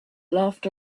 laughed